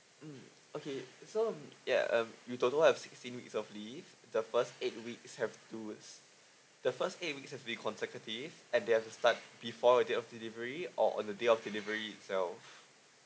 mm okay so um yeah um you total have sixteen week of leave the first eight weeks have to the first eight weeks has been consecutive at they have to start before your date of delivery or on the day of delivery itself